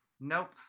Nope